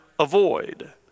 Avoid